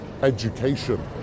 education